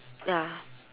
ya